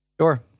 Sure